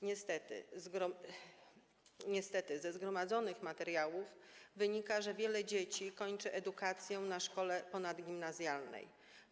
Niestety ze zgromadzonych materiałów wynika, że wiele dzieci kończy edukację na szkole ponadgimnazjalnej.